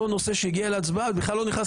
אותו נושא שהגיע להצבעה בכלל לא נכנס